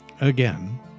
Again